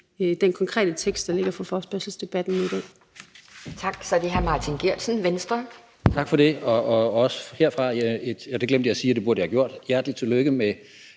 den konkrete tekst, der ligger for forespørgselsdebatten i dag.